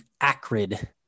acrid